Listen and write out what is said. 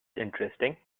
interesting